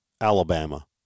Alabama